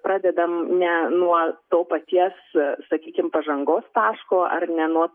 pradedam ne nuo to paties sakykim pažangos taško ar ne nuo